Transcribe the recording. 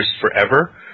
forever